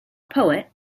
poet